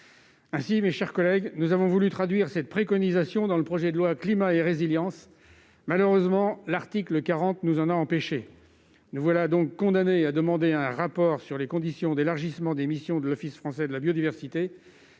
biodiversité. Ainsi, nous avons voulu traduire cette préconisation dans le présent texte. Malheureusement, l'article 40 nous en a empêchés. Nous voilà condamnés à demander un rapport sur les conditions d'élargissement des missions de l'Office français de la biodiversité.